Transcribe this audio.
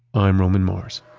i'm roman mars